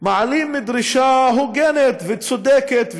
מעלים דרישה הוגנת וצודקת,